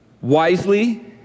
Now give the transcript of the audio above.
wisely